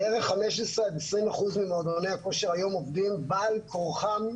בערך 15% עד 20% ממועדוני הכושר היום עובדים בעל כורחם.